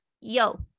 yo